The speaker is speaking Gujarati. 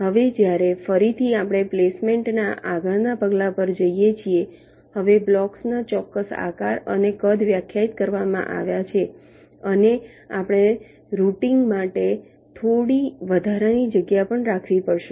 હવે જ્યારે ફરીથી આપણે પ્લેસમેન્ટના આગળ ના પગલા પર જઈએ છીએ હવે બ્લોક્સના ચોક્કસ આકાર અને કદ વ્યાખ્યાયિત કરવામાં આવ્યા છે અને આપણે રૂટીંગ માટે થોડી વધારાની જગ્યા પણ રાખવી પડશે